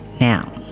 Now